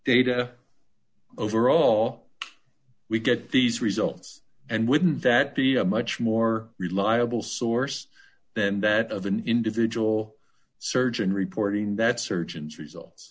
data overall we get these results and wouldn't that be a much more reliable source than that of an individual surgeon reporting that surgeon's results